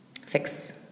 fix